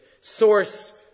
source